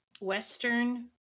western